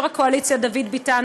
יו"ר הקואליציה דוד ביטן,